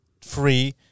free